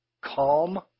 calm